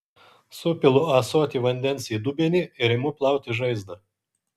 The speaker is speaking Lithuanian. supilu ąsotį vandens į dubenį ir imu plauti žaizdą